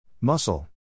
Muscle